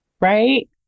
right